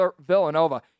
Villanova